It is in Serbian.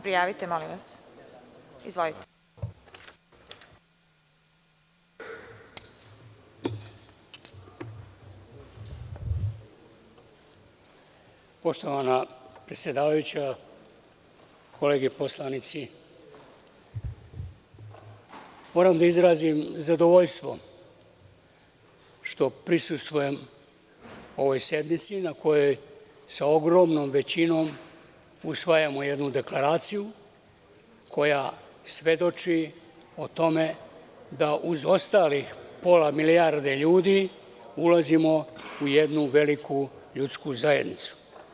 Poštovana predsedavajuća, kolege poslanici, moram da izrazim zadovoljstvo što prisustvujem ovoj sednici na kojoj, sa ogromnom većinom, usvajamo jednu deklaraciju, koja svedoči o tome da uz ostalih pola milijardi ljudi ulazimo u jednu veliku ljudsku zajednicu.